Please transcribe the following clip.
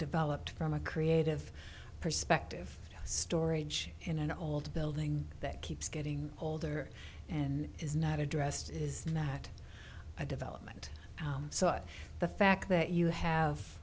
developed from a creative perspective storage in an old building that keeps getting older and is not addressed is not a development so the fact that you have